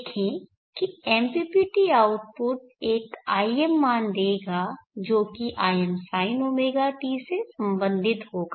देखें कि MPPT output एक im मान देगा जो कि imsinɷt से संबंधित होगा